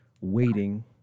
waiting